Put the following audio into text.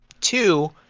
two